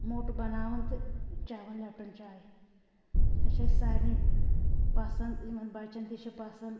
موٚٹ بناوان تہٕ چیٚوان لیٚپٹن چاے یہِ چھِ اسہِ سارنٕے پسنٛد یِمن بچن تہِ چھِ پسنٛد